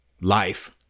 life